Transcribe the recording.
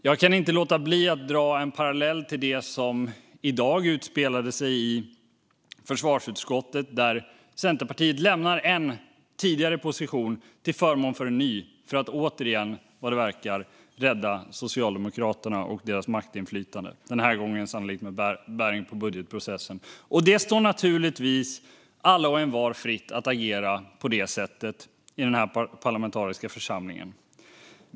Jag kan inte låta bli att dra en parallell till det som i dag utspelade sig i försvarsutskottet där Centerpartiet lämnar en tidigare position till förmån för en ny för att återigen, vad det verkar, rädda Socialdemokraterna och deras maktinflytande. Den här gången är det sannolikt med bäring på budgetprocessen. Det står naturligtvis alla och envar fritt att agera på det sättet i den här parlamentariska församlingen.